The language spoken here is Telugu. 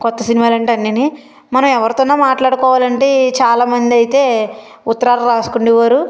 కొత్త సినిమాలేంటి అన్నీని మనం ఎవరితోనన్నా మాట్లాడుకోవాలంటే చాలామంది అయితే ఉత్తరాలు రాసుకునేవారు